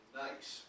nice